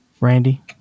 Randy